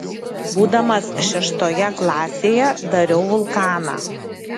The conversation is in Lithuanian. būdamas šeštoje klasėje dariau vulkaną